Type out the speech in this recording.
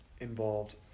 involved